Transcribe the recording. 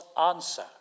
answer